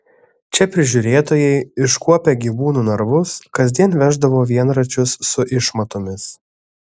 čia prižiūrėtojai iškuopę gyvūnų narvus kasdien veždavo vienračius su išmatomis